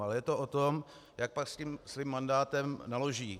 Ale je to o tom, jak pak s tím svým mandátem naloží.